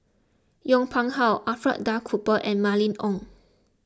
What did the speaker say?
Yong Pung How Alfred Duff Cooper and Mylene Ong